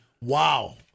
Wow